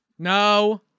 No